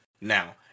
now